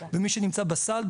ומי שנמצא בסל,